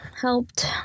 helped